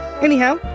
Anyhow